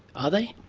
are they?